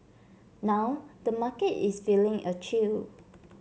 now the market is feeling a chill